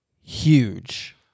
huge